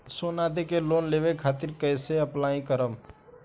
सोना देके लोन लेवे खातिर कैसे अप्लाई करम?